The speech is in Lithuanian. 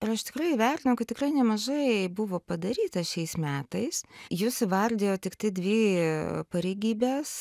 ir aš tikrai įvertinau kad tikrai nemažai buvo padaryta šiais metais jūs įvardijot tiktai dvi pareigybes